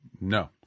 no